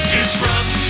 Disrupt